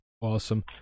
Awesome